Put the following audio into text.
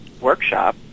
workshop